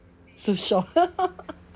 so shocked